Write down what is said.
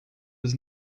was